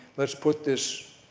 let's put this